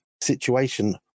situation